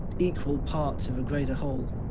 equal parts of a greater whole.